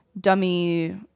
dummy